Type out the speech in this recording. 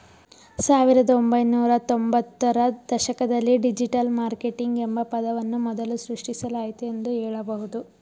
ಸಾವಿರದ ಒಂಬೈನೂರ ತ್ತೊಂಭತ್ತು ರ ದಶಕದಲ್ಲಿ ಡಿಜಿಟಲ್ ಮಾರ್ಕೆಟಿಂಗ್ ಎಂಬ ಪದವನ್ನು ಮೊದಲು ಸೃಷ್ಟಿಸಲಾಯಿತು ಎಂದು ಹೇಳಬಹುದು